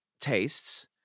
tastes